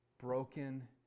broken